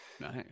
nice